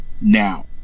now